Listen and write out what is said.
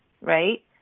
Right